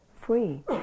free